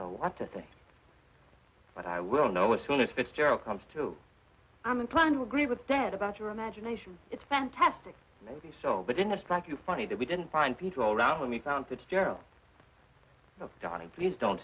know what to say but i will know as soon as fitzgerald comes to i'm inclined to agree with ed about your imagination it's fantastic maybe so but in the strike you funny that we didn't find people around when we found fitzgerald johnny please don't